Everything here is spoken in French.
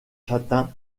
châtain